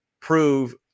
prove